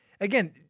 again